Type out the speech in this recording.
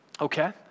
Okay